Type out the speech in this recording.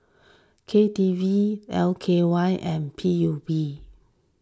K D V L K Y and P U B